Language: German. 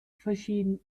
verschieden